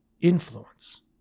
influence